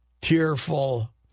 Tearful